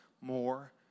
more